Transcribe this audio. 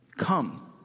Come